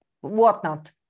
whatnot